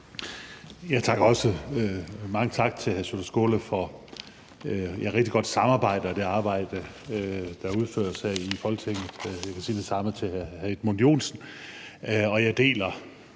Jensen (S): Også mange tak til hr. Sjúrður Skaale for et rigtig godt samarbejde og for det arbejde, der udføres her i Folketinget. Jeg kan sige det samme til hr. Edmund Joensen.